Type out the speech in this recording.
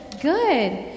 Good